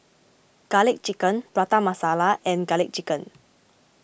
Garlic Chicken Prata Masala and Garlic Chicken